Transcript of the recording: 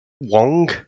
Wong